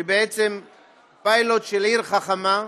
בעצם פיילוט של עיר חכמה,